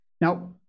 Now